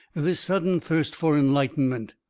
this sudden thirst for enlightenment?